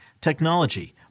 technology